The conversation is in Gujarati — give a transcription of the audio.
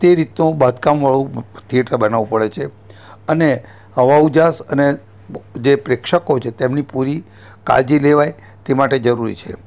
તે રીતનુ બાંધકામવાળું થિયેટર બનાવવું પડે છે અને હવા ઉજાસ અને જે પ્રેક્ષકો છે તેમની પૂરી કાળજી લેવાય તે માટે જરૂરી છે